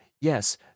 yes